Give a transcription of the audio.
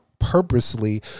purposely